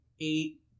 eight